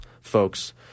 folks